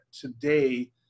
today